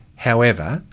however,